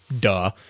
duh